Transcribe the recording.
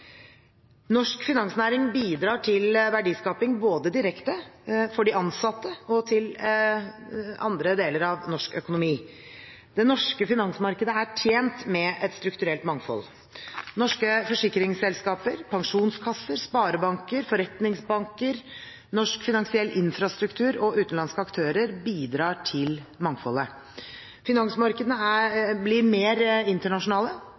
Norsk finansnæring bidrar til verdiskaping både direkte, for de ansatte og for andre deler av norsk økonomi. Det norske finansmarkedet er tjent med et strukturelt mangfold. Norske forsikringsselskaper, pensjonskasser, sparebanker, forretningsbanker, norsk finansiell infrastruktur og utenlandske aktører bidrar til mangfoldet. Finansmarkedene blir mer internasjonale,